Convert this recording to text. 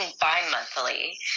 bi-monthly